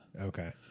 Okay